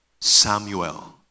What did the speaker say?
Samuel